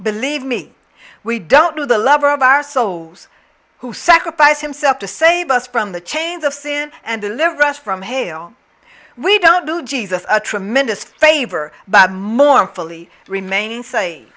believe me we don't do the lover of our souls who sacrificed himself to save us from the chains of sin and deliver us from hail we don't do jesus a tremendous favor but mournfully remain in